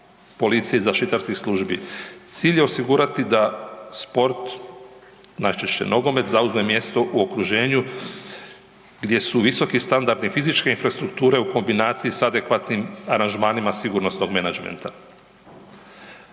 klubova, zaštitarskih službi. Cilj je osigurati da sport, najčešće nogomet, zauzme mjesto u okruženju, gdje su visoki standardi fizičke infrastrukture u kombinaciji s adekvatnim aranžmanima sigurnosnog menadžmenta.